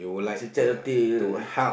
ch~ charity you know